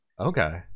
Okay